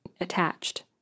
attached